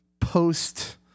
post-